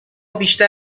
بیشتر